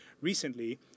recently